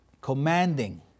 commanding